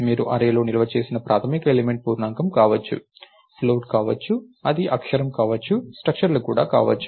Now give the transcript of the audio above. మీరు అర్రేలో నిల్వ చేసిన ప్రాథమిక ఎలిమెంట్ పూర్ణాంకం కావచ్చు ఫ్లోట్ కావచ్చు అది అక్షరం కావచ్చు స్ట్రక్చర్ లు కూడా కావచ్చు